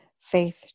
faith